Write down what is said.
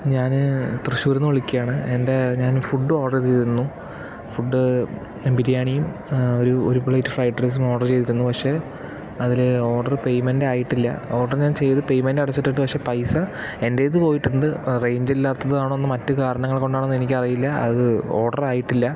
ഞാൻ തൃശ്ശൂരിൽ നിന്നു വിളിക്കുകയാണ് എൻ്റെ ഞാൻ ഫുഡ് ഓർഡറ് ചെയ്തിരുന്നു ഫുഡ് ബിരിയാണിയും ഒരു ഒരു പ്ലെയ്റ്റ് ഫ്രൈഡ് റൈസും ഓർഡർ ചെയ്തിരുന്നു പക്ഷേ അതിൽ ഓർഡർ പേയ്മെൻ്റ് ആയിട്ടില്ല ഓർഡർ ഞാൻ ചെയ്ത് പേയ്മെൻ്റ് അടച്ചിട്ടുണ്ട് പക്ഷേ പൈസ എൻ്റേത് പോയിട്ടുണ്ട് റെയിഞ്ചില്ലാത്തതാണോ എന്നോ മറ്റു കാരണങ്ങൾ കൊണ്ടാണോ എന്നോ എനിക്കറിയില്ല അത് ഓർഡറായിട്ടില്ല